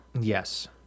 Yes